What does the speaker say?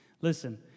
Listen